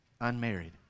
unmarried